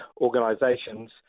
organisations